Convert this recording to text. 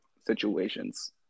situations